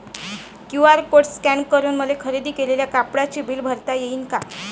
QR code scan करून मले खरेदी केलेल्या कापडाचे बिल भरता यीन का?